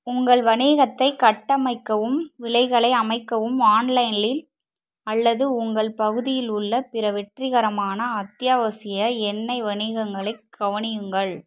உங்கள் வணிகத்தை கட்டமைக்கவும் விலைகளை அமைக்கவும் ஆன்லைனில் அல்லது உங்கள் பகுதியில் உள்ள பிற வெற்றிகரமான அத்தியாவசிய எண்ணெய் வணிகங்களைக் கவனியுங்கள்